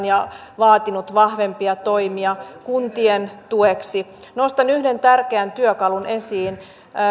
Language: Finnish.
ja vaatinut vahvempia toimia kuntien tueksi nostan yhden tärkeän työkalun esiin